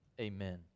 Amen